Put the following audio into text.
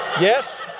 Yes